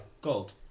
gold